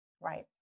Right